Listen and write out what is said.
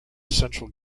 central